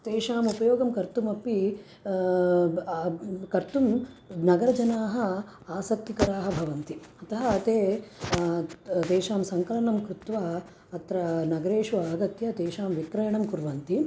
तेषां उपयोगं कर्तुमपि ब् कर्तुं नगरजनाः अस्क्तिकराः भवन्ति अतः ते तेषां सङ्कलनं कृत्वा अत्र नगरेषु आगत्य तेषां विक्रयणं कुर्वन्ति